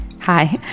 Hi